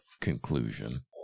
conclusion